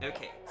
Okay